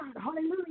Hallelujah